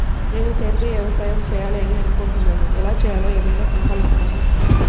నేను సేంద్రియ వ్యవసాయం చేయాలి అని అనుకుంటున్నాను, ఎలా చేయాలో ఏమయినా సలహాలు ఇస్తారా?